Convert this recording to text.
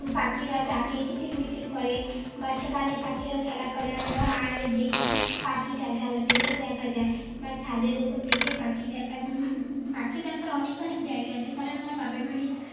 পাখিরা ডাকে কিচিরমিচির করে বা সেখানে পাখিরা খেলা করে আমরাও আড়ালে দেখি পাখিটা জানলা থেকেও দেখা যায় বা ছাদের ওপর থেকে পাখি দেখা পাখি দেখার অনেক অনেক জায়গা আছে কারণ আমার বাপের বাড়ি